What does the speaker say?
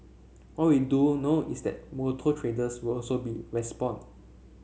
what we do know is that motor traders will also respond